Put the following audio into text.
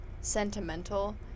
sentimental